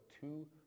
two